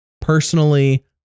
Personally